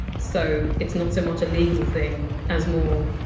so it's not so much a legal thing as more!